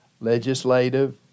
legislative